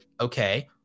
okay